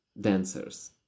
dancers